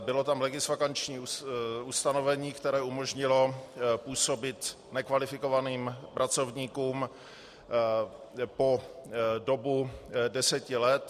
Bylo tam legisvakanční ustanovení, které umožnilo působit nekvalifikovaným pracovníkům po dobu deseti let.